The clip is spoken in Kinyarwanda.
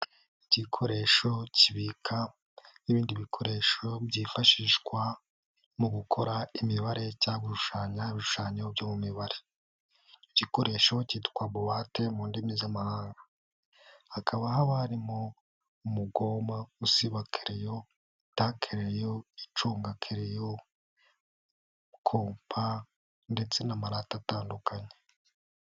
Igikoresho kibika n'ibindi bikoresho byifashishwa mu gukora imibare cyangwa gushushanya ibishushanyo byo mu mibare. Igikoresho cyitwa Boite mu ndimi z'amahanga. Hakaba haba harimo umugoma usiba kereyo, ta kereyo icunga kereyo, kompa ndetse n'amarate atandukanye.